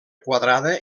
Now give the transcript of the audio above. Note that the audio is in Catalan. quadrada